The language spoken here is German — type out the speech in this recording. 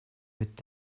mit